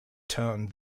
tone